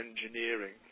engineering